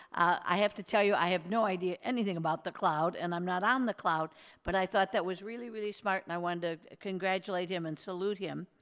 i have to tell you i have no idea anything about the cloud and i'm not on the cloud but i thought that was really really smart and i wanted to congratulate him and salute him.